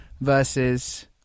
versus